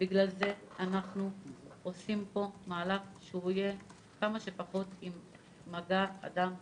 בגלל זה אנחנו עושים פה מהלך שיהיה עם כמה שפחות מגע אדם בדרך.